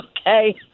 Okay